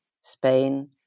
Spain